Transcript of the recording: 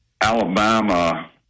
Alabama